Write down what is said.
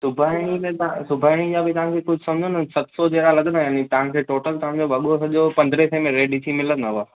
सिबाइणी में तव्हां सिबाइणी जा बि तव्हांखे कुझु समिझो न सत सौ जहिड़ा लॻंदा ऐं तव्हांखे टोटल तव्हांजो वॻो सॼो पंद्रहें सएं में रेडी थी मिलंदव